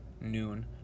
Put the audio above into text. noon